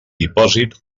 depòsit